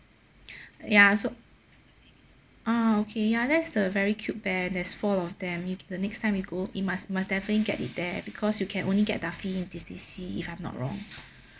ya so oh okay ya that's the very cute bear there's four of them you the next time you go you must must definitely get it there because you can only get duffy in disneysea if I'm not wrong